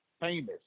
famous